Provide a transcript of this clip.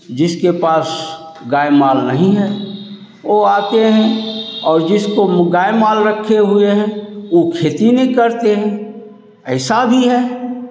जिसके पास गाय माल नहीं है वो आते हैं और जिसको गाय माल रखे हुए हैं वो खेती नई करते हैं ऐसा भी है